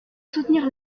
soutenir